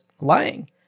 lying